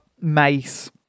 Mace